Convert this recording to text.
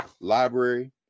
Library